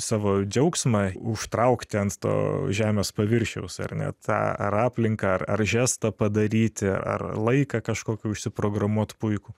savo džiaugsmą užtraukti ant to žemės paviršiaus ar ne tą ar aplinką ar ar žestą padaryti ar laiką kažkokį užsiprogramuot puikų